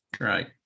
Right